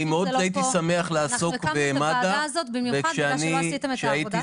אנחנו לקחנו את הוועדה הזאת במיוחד בגלל שלא עשיתם את העבודה שלכם.